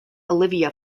olivia